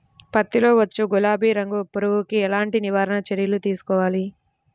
పత్తిలో వచ్చు గులాబీ రంగు పురుగుకి ఎలాంటి నివారణ చర్యలు తీసుకోవాలి?